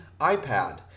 iPad